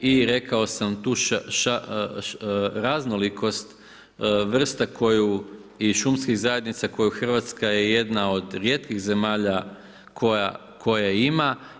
I rekao sam tu raznolikost vrsta koju i šumskih zajednica koju, Hrvatska je jedna od rijetkih zemalja koja je ima.